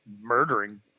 murdering